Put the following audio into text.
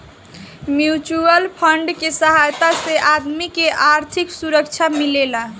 mutual fund के सहायता से आदमी के आर्थिक सुरक्षा मिलेला